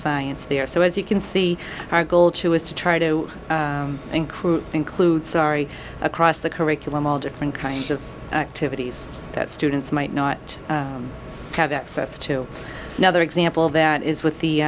science there so as you can see our goal too is to try to include include sorry across the curriculum all different kinds of activities that students might not have access to another example that is with